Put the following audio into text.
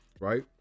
right